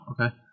okay